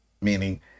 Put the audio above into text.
meaning